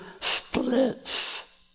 splits